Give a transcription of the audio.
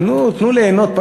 תנו, תנו ליהנות.